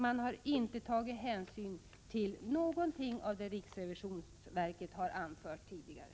Man har inte tagit hänsyn till något av det som riksrevisionsverket anfört tidigare.